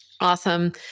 Awesome